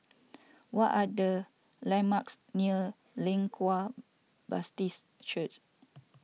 what are the landmarks near Leng Kwang Baptist Church